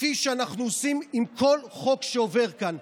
כפי שאנחנו עושים עם כל חוק שעובר כאן.